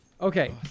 Okay